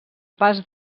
pas